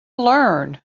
learn